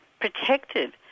protected